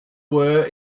were